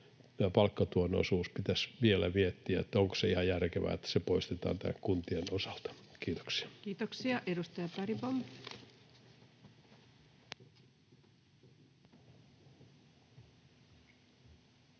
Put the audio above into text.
tullaan käsittelemään, vielä miettiä, että onko ihan järkevää, että se poistetaan kuntien osalta. — Kiitoksia. Kiitoksia. — Edustaja Bergbom.